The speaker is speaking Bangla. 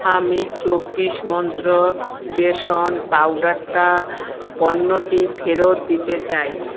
আমি চব্বিশ মন্ত্রর বেসন পাউডারটা পণ্যটি ফেরত দিতে চাই